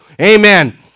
Amen